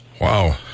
Wow